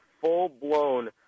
full-blown